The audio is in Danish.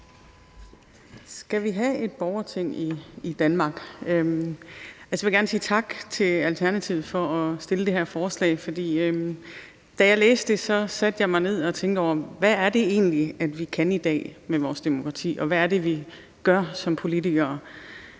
Skal vi have et borgerting i Danmark? Jeg vil gerne sige tak til Alternativet for at fremsætte det her forslag. Da jeg læste det, satte jeg mig ned og tænke over, hvad det egentlig er, vi kan i dag med vores demokrati, og hvad det er, vi gør som politikere.